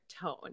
tone